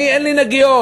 אני אין לי נגיעות.